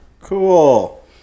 Cool